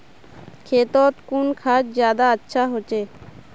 खेतोत कुन खाद ज्यादा अच्छा होचे?